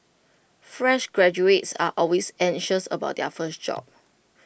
fresh graduates are always anxious about their first job